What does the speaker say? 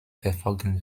verfolgen